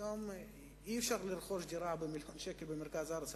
היום אי-אפשר לרכוש דירה במיליון שקל במרכז הארץ.